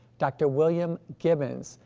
dr. william gibbons,